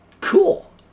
Cool